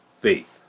faith